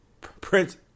Prince